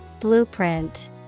Blueprint